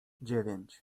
dziewięć